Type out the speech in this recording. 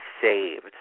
saved